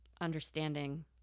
understanding